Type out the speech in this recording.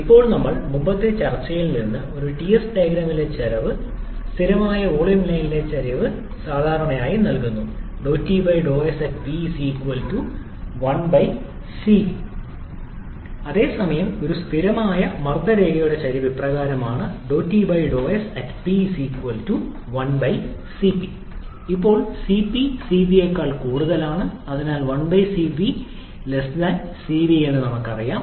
ഇപ്പോൾ ഞങ്ങളുടെ മുമ്പത്തെ ചർച്ചയിൽ നിന്ന് ഒരു Ts ഡയഗ്രാമിലെ ചരിവ് സ്ഥിരമായ വോളിയം ലൈനിന്റെ ചരിവ് സാധാരണയായി നൽകുന്നത് അതേസമയം ഒരു സ്ഥിരമായ മർദ്ദ രേഖയുടെ ചരിവ് ഇപ്രകാരമാണ് ഇപ്പോൾ Cp Cv അതിനാൽ 1 Cp Cv എന്ന് നമുക്കറിയാം